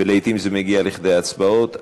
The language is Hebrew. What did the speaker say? ולעתים זה מגיע כדי הצבעות.